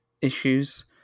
issues